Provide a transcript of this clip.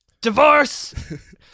divorce